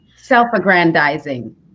self-aggrandizing